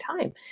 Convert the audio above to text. time